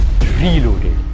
Reloaded